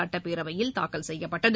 சட்டப்பேரவையில் தாக்கல் செய்யப்பட்டது